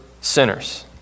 sinners